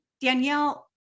Danielle